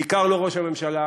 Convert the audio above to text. בעיקר לא ראש הממשלה,